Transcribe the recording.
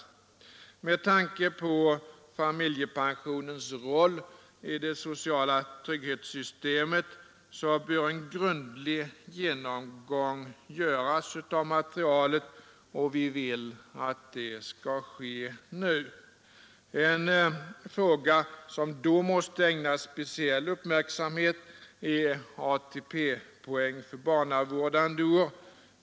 Med tanke på familjepensionens roll i det sociala trygghetssystemet bör en grundlig genomgång göras av materialet, och vi vill att det skall ske nu. En fråga som då måste ägnas speciell uppmärksamhet är ATP-poäng för barnavårdande år.